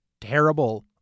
terrible